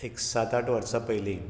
एक सात आठ वर्सां पयली